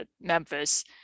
Memphis